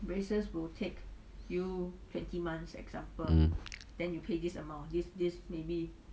mm